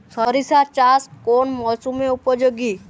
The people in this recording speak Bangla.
সরিষা চাষ কোন মরশুমে উপযোগী?